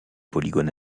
polygones